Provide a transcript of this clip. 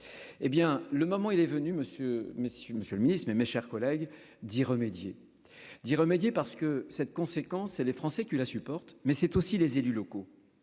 hé bien le moment, il est venu Monsieur Monsieur Monsieur le Ministre, mes, mes chers collègues, d'y remédier d'y remédier parce que cette conséquence c'est les Français qui la supporte, mais c'est aussi les élus locaux.